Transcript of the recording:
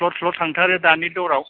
स्लद स्लद थांथारो दानि दराव